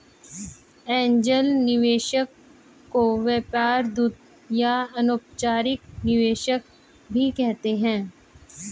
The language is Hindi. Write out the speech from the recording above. एंजेल निवेशक को व्यापार दूत या अनौपचारिक निवेशक भी कहते हैं